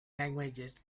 languages